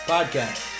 Podcast